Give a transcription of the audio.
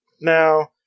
Now